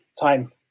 time